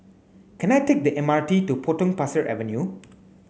can I take the M R T to Potong Pasir Avenue